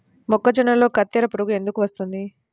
మొక్కజొన్నలో కత్తెర పురుగు ఎందుకు వస్తుంది?